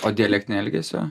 o dialektinė elgesio